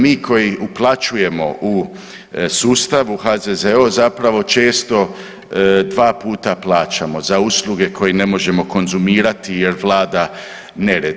Mi koji uplaćujemo u sustav u HZZO zapravo često dva puta plaćamo za usluge koje ne možemo konzumirati jer vlada nered.